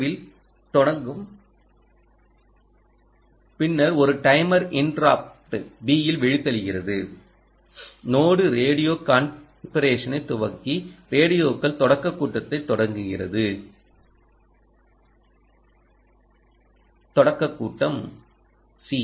will தொடங்கும் பின்னர் ஒரு டைமர் இன்டரப்டு b ல் விழித்தெழுகிறது நோடு ரேடியோ கான்ஃபிஎரேஷனைத் துவக்கி ரேடியோக்கள் தொடக்க கட்டத்தைத் தொடங்குகிறது தொடக்க கட்டம் c